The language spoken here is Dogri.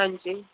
हन्जी